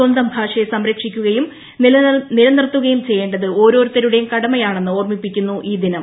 സ്വന്തം ഭാഷയെ സംരക്ഷിക്കുകയും നിലനിർത്തുകയും ചെയ്യേണ്ടത് ഓരോരുത്തരുടേയും കടമയാണെന്ന് ഓർമിപ്പിക്കുന്നു ഈ ദിനം